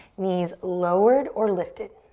knees lowered or lifted.